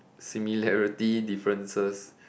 similarity differences